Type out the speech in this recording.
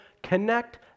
connect